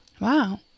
Wow